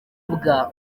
bwa